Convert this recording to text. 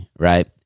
Right